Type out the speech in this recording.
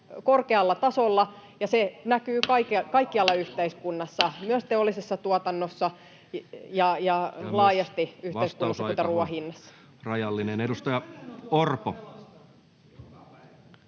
korkealla tasolla, ja se näkyy kaikkialla yhteiskunnassa, teollisessa tuotannossa ja laajasti yhteiskunnassa, [Puhemies: